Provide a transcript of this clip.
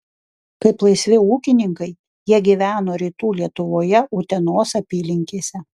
kaip laisvi ūkininkai jie gyveno rytų lietuvoje utenos apylinkėse